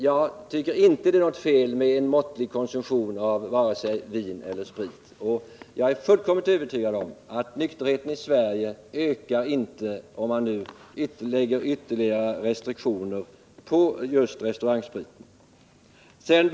Jag tycker inte att det är något fel i en måttlig konsumtion av vare sig vin eller sprit. Jag är fullkomligt övertygad om att nykterheten i Sverige inte ökar, om man lägger ytterligare restriktioner på just restaurangspriten.